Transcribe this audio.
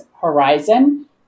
Horizon